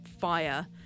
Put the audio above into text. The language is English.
fire